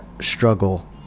struggle